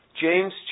James